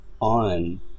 on